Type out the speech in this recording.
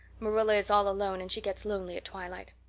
marilla is all alone and she gets lonely at twilight.